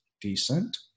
decent